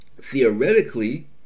Theoretically